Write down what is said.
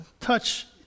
touch